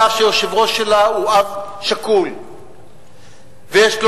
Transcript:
על אף שהיושב-ראש שלה הוא אב שכול ויש לה